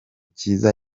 cyiza